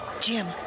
Jim